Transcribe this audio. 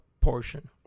portion